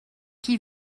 qui